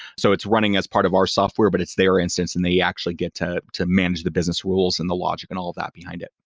so it's running as part of our software, but it's their instance and they actually get to to manage the business rules and the logic and all of that behind it.